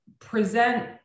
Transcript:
present